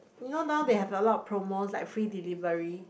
you know now they have a lot of promos like free delivery